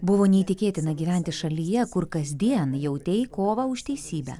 buvo neįtikėtina gyventi šalyje kur kasdien jautei kovą už teisybę